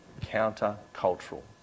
counter-cultural